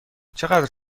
چقدر